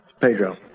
Pedro